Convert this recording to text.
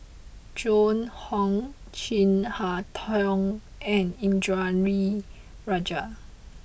Joan Hon Chin Harn Tong and Indranee Rajah